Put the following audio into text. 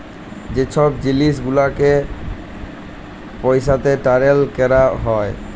যে ছব জিলিস গুলালকে পইসাতে টারেল ক্যরা হ্যয়